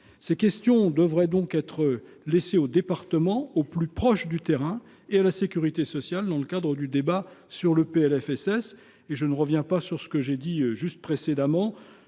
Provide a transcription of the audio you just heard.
Ces questions devraient donc être laissées aux départements, au plus proche du terrain, et à la sécurité sociale dans le cadre du débat sur les PLFSS. Je ne reviens pas sur ce que j’ai dit précédemment